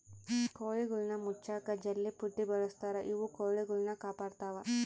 ಕೋಳಿಗುಳ್ನ ಮುಚ್ಚಕ ಜಲ್ಲೆಪುಟ್ಟಿ ಬಳಸ್ತಾರ ಇವು ಕೊಳಿಗುಳ್ನ ಕಾಪಾಡತ್ವ